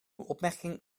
opmerking